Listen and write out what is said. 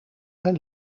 zijn